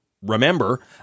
remember